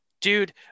dude